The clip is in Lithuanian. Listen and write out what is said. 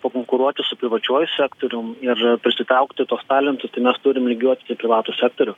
pakonkuruoti su privačiuoju sektorium ir prisitraukti tuos talentus tai mes turim lygiuotis į privatų sektorių